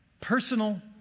Personal